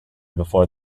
before